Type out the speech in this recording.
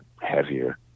heavier